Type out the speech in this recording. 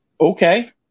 Okay